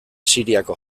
siriako